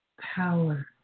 power